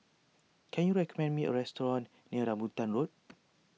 can you recommend me a restaurant near Rambutan Road